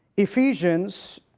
ephesians